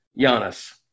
Giannis